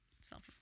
self